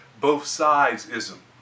both-sides-ism